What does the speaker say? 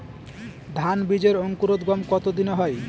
ধান বীজের অঙ্কুরোদগম কত দিনে হয়?